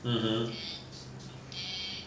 mmhmm